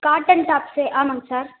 cotton tops ஆமாங்க sir